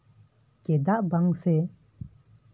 ᱪᱮᱫᱟᱜ ᱵᱟᱝᱥᱮ